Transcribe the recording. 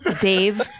Dave